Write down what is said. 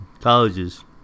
colleges